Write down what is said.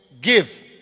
give